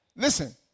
Listen